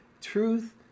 Truth